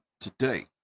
today